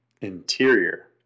interior